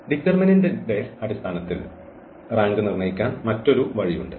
ഡിറ്റർമിനന്റിന്റെ അടിസ്ഥാനത്തിൽ റാങ്ക് നിർണ്ണയിക്കാൻ മറ്റൊരു വഴിയുണ്ട്